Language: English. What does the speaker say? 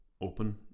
open